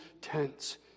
tents